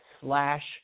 slash